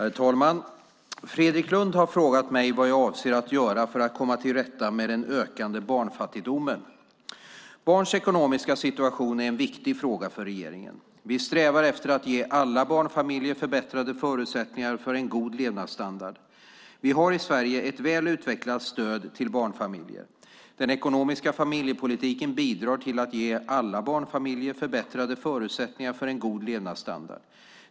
Herr talman! Fredrik Lundh har frågat mig vad jag avser att göra för att komma till rätta med den ökande barnfattigdomen. Barns ekonomiska situation är en viktig fråga för regeringen. Vi strävar efter att ge alla barnfamiljer förbättrade förutsättningar för en god levnadsstandard. Vi har i Sverige ett väl utvecklat stöd till barnfamiljer. Den ekonomiska familjepolitiken bidrar till att ge alla barnfamiljer förbättrade förutsättningar för en god levnadsstandard.